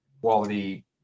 quality